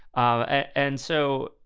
ah and so,